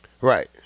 Right